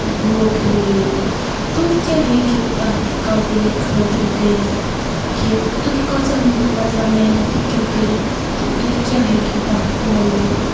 نوکری ملیو تُہۍ کیٛاہ ہیٚکِو تَتھ کَمپٔنی خٲطرٕ کٔرِتھ کہِ تُہۍ کۭژاہ مطلب محنت ہیٚکِو کٔرِتھ تہٕ تُہۍ کیٛاہ ہیٚکِو تَتھ تمَن دِتھ